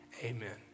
Amen